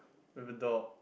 with a dog